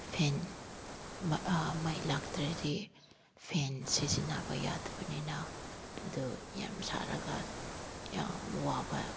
ꯐꯦꯟ ꯃꯩ ꯂꯥꯛꯇ꯭ꯔꯗꯤ ꯐꯦꯟ ꯁꯤꯖꯤꯟꯅꯕ ꯌꯥꯗꯕꯅꯤꯅ ꯑꯗꯨ ꯌꯥꯝ ꯁꯥꯔꯒ ꯌꯥꯝ ꯋꯥꯕ